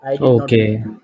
Okay